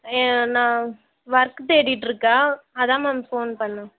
ஏ நான் ஒர்க் தேடிட்டுருக்கன் அதான் மேம் ஃபோன் பண்ணிணேன்